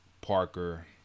Parker